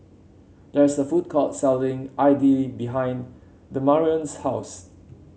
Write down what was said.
there is a food court selling idly behind Demarion's house